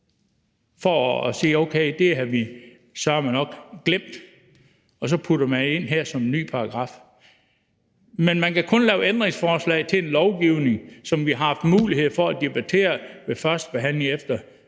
man: Okay, det havde vi såmænd nok glemt. Så putter man den ind her som en ny paragraf. Men man kan kun lave ændringsforslag til et lovforslag, som vi har haft mulighed for at debattere ved førstebehandlingen